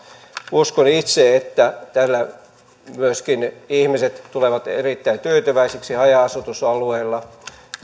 uskon itse että myöskin ihmiset tulevat erittäin tyytyväisiksi haja asutusalueilla